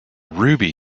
ruby